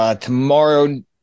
tomorrow